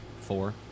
Four